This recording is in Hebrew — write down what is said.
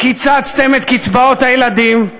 קיצצתם את קצבאות הילדים,